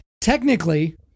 technically